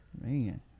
Man